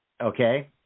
Okay